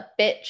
bitch